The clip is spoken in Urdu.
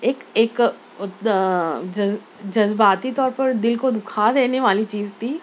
ایک ایک جذباتی طور پر دل کو دکھا دینے والی چیز تھی